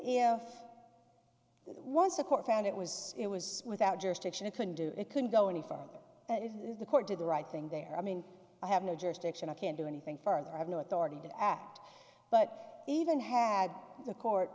if once a court found it was it was without jurisdiction it couldn't do it couldn't go any farther that is the court did the right thing there i mean i have no jurisdiction i can do anything further i have no authority to act but even had the court